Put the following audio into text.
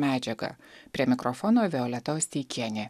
medžiagą prie mikrofono violeta osteikienė